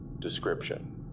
Description